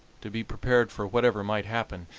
to be prepared for whatever might happen,